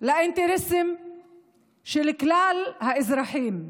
לאינטרסים של כלל האזרחים,